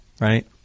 right